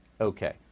Okay